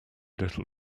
little